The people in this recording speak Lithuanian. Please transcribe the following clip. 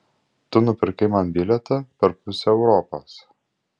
tu nupirkai man bilietą per pusę europos